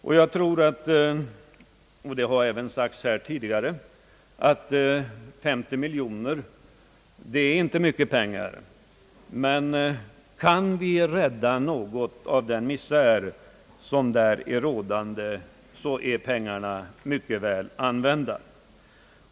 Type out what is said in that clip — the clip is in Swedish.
50 miljoner kronor är, som det även tidigare har framhållits, inte mycket pengar i detta sammanhang. Kan vi komma till rätta med bara något av den misär, som råder, är pengarna mycket väl använda.